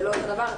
זה לא אותו דבר,